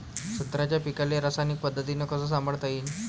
संत्र्याच्या पीकाले रासायनिक पद्धतीनं कस संभाळता येईन?